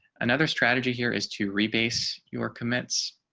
another strategy here is to replace your commits